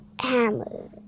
hammer